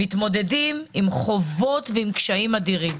מתמודדים עם חובות ועם קשיים אדירים: